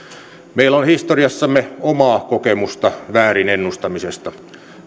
meillä on historiassamme omaa kokemusta väärin ennustamisesta